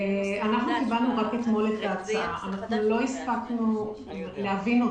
אנחנו קיבלנו רק אתמול את ההצעה ולא הספקנו להבין אותה.